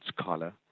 scholar